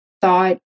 thought